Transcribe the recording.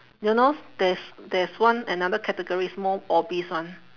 you knows there's there's one another category is more obese [one]